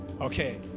Okay